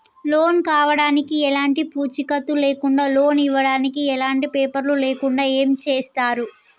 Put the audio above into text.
Loan కావడానికి ఎలాంటి పూచీకత్తు లేకుండా లోన్ ఇవ్వడానికి ఎలాంటి పేపర్లు లేకుండా ఏం చేస్తారు?